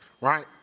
right